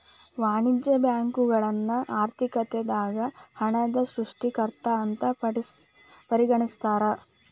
ವಾಣಿಜ್ಯ ಬ್ಯಾಂಕುಗಳನ್ನ ಆರ್ಥಿಕತೆದಾಗ ಹಣದ ಸೃಷ್ಟಿಕರ್ತ ಅಂತ ಪರಿಗಣಿಸ್ತಾರ